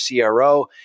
CRO